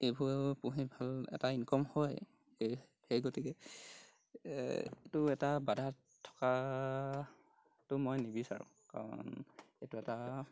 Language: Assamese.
এইবোৰো পুহি ভাল এটা ইনকম হয় এই সেই গতিকে এইটো বাধা থকাটো মই নিবিচাৰোঁ কাৰণ এইটো এটা